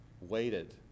Waited